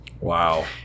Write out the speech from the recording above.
Wow